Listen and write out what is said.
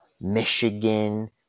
Michigan